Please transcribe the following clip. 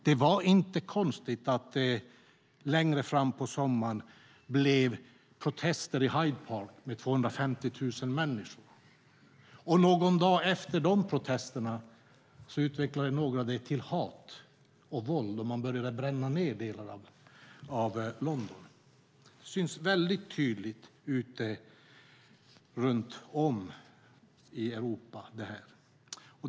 Det var inte konstigt att det längre fram på sommaren blev protester i Hyde Park där 250 000 människor deltog. Någon dag senare utvecklades protesterna till hat och våld, och man började bränna ned delar av London. Detta syns tydligt runt om i Europa. Herr talman!